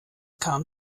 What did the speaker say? kam